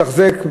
לתחזק,